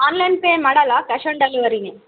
online pay ಮಾಡೋಲ್ಲ cash on ಡೆಲಿವೆರಿನೇ